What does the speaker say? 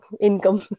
income